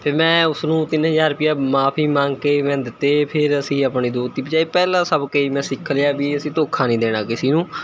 ਫਿਰ ਮੈਂ ਉਸਨੂੰ ਤਿੰਨ ਹਜ਼ਾਰ ਰੁਪਈਆ ਮਾਫੀ ਮੰਗ ਕੇ ਮੈਂ ਦਿੱਤੇ ਫਿਰ ਅਸੀਂ ਆਪਣੀ ਦੋਸਤੀ ਬਚਾਈ ਪਹਿਲਾ ਸਬਕ ਇਹੀ ਮੈਂ ਸਿੱਖ ਲਿਆ ਵੀ ਅਸੀਂ ਧੋਖਾ ਨਹੀਂ ਦੇਣਾ ਕਿਸੀ ਨੂੰ